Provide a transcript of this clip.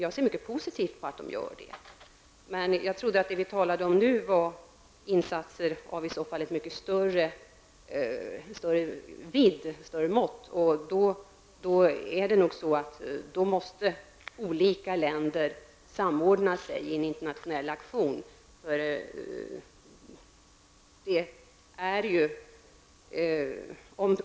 Jag ser mycket positivt på det. Jag trodde att vi nu talade om insatser av mycket större vidd och av större mått, och då måste nog olika länder samordna sig i en internationell aktion.